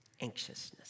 anxiousness